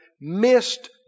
missed